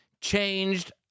changed